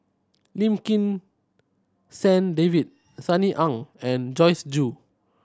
Lim Kim San David Sunny Ang and Joyce Jue